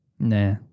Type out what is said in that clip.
Nah